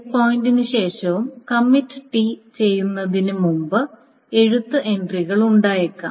check പോയിന്റിന് ശേഷവും commit ടി ചെയ്യുന്നതിനുമുമ്പ് എഴുത്ത് എൻട്രികൾ ഉണ്ടായേക്കാം